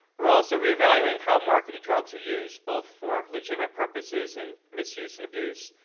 we're also reevaluating how marketed drugs are used, both for legitimate purposes and misuse and abuse.